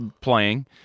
playing